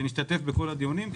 שנשתתף בכל הדיונים.